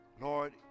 Lord